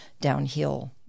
downhill